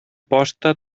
posta